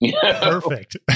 Perfect